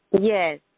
Yes